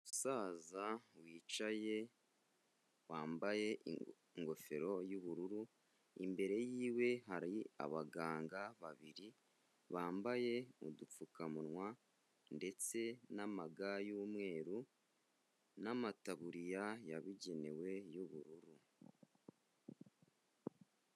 Umusaza wicaye wambaye ingofero y'ubururu, imbere yiwe hari abaganga babiri bambaye udupfukamunwa ndetse n'amaga y'umweru n'amataburiya yabugenewe y'ubururu.